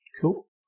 Cool